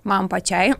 man pačiai